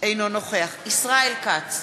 אינו נוכח ישראל כץ,